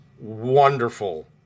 wonderful